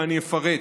ואני אפרט: